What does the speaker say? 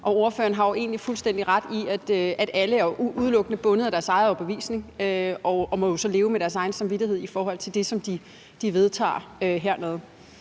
Ordføreren har jo egentlig fuldstændig ret i, at alle udelukkende er bundet af deres egen overbevisning, og de må jo så leve med deres samvittighed i forhold til det, som de er med